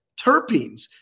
Terpenes